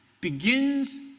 begins